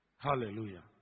Hallelujah